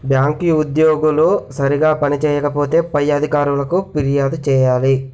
bank ఉద్యోగులు సరిగా పని చేయకపోతే పై అధికారులకు ఫిర్యాదు చేయాలి